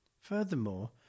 Furthermore